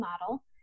model